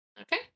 Okay